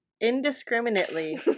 Indiscriminately